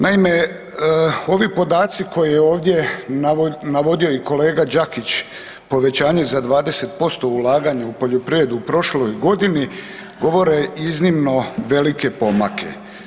Naime, ovi podaci koje je ovdje navodio i kolega Đakić povećanje za 20% ulaganja u poljoprivredu prošloj godini govore iznimno velike pomake.